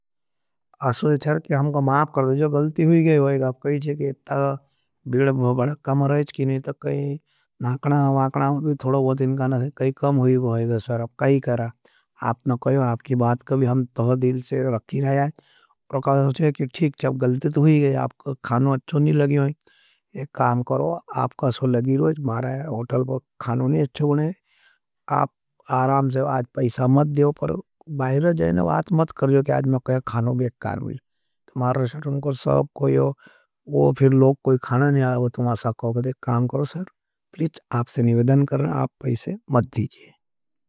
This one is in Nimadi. आपका स्वाग कार्वीर, तमारे साथ उनको सब कोई हो, वो फिर लोग कोई खाना नहीं आया। वो तुम आसा कोई कहते है, काम करो सर, प्लीज आपसे निविदन करना, आप पैसे मत दीजिये। अपने सादी में जाने के लिए नमबर तो लगे रहे हैं, अपने सादी में ज़राख कटेन डाड़ी बनें दे। कई कर आपकी बात हैम तहे दील से रक्खी छे। एक काम करो महरा होटल का कहना नी अच्छों बनीय। आप पैसा नी दियो पर बाहर जाके ना कहइओ। प्लीज आपसे निवडेयन है आप पैयासए मत दीजिए।